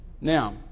Now